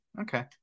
Okay